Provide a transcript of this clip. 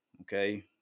okay